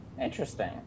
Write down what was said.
Interesting